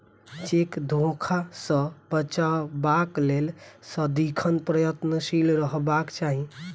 cheque धोखा सॅ बचबाक लेल सदिखन प्रयत्नशील रहबाक चाही